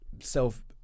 self